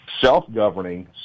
self-governing